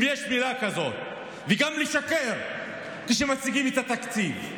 אם יש מילה כזאת, וגם לשקר כשמציגים את התקציב.